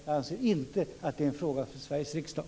Jag anser inte att det är en fråga för Sveriges riksdag.